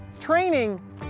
training